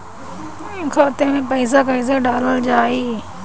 खाते मे पैसा कैसे डालल जाई?